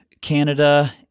Canada